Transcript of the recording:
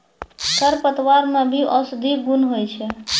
खरपतवार मे भी औषद्धि गुण होय छै